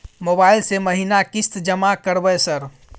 Mobile से महीना किस्त जमा करबै सर?